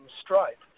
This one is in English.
stripe